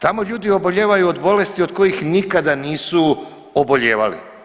Tamo ljudi obolijevaju od bolesti od kojih nikada nisu obolijevali.